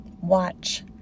Watch